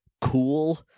cool